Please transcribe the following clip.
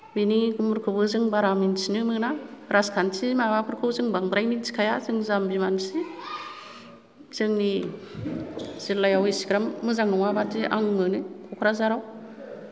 बेनि गुमुरखौबो जों बारा मोन्थिनो मोना राजखान्थि माबा फोरखौ जों बांद्राय मोन्थि खाया जों जाम्बि मानसि जोंनि जिल्लायाव इसिग्राब मोजां नङा बादि आं मोनो कक्राझाराव